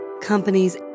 companies